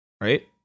right